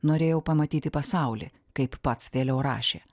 norėjau pamatyti pasaulį kaip pats vėliau rašė